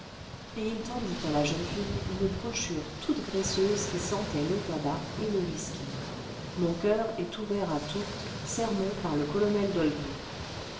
et il tendit à la jeune fille une brochure toute graisseuse qui sentait le tabac et le whisky mon coeur est ouvert à toutes sermon par le colonel dolby